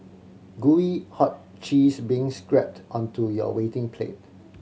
gooey hot cheese being scrapped onto your waiting plate